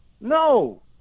No